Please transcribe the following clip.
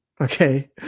Okay